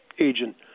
agent